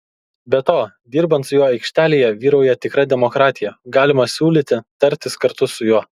be to dirbant su juo aikštelėje vyrauja tikra demokratija galima siūlyti tartis kartu su juo